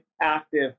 active